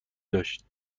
داشت